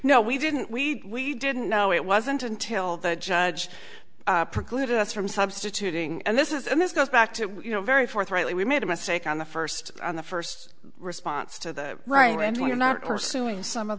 know we didn't we didn't know it wasn't until the judge preclude us from substituting and this is and this goes back to you know very forthrightly we made a mistake on the first on the first response to the right when you're not or suing some of